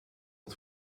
het